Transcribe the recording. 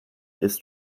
ist